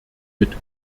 mit